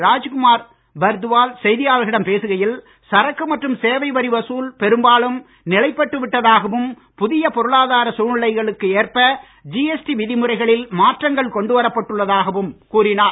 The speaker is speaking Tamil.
ராஜ்குமார் பர்த்வால் செய்தியாளர்களிடம் பேசுகையில் சரக்கு மற்றும் சேவை வரி வசூல் பெரும்பாலும் நிலைப்பட்டு விட்டதாகவும் புதிய பொருளாதார சூழ்நிலைகளுக்கு ஏற்ப ஜிஎஸ்டி விதிமுறைகளில் மாற்றங்கள் கொண்டு வரப்பட்டு உள்ளதாகவும் கூறினார்